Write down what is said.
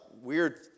weird